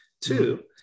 Two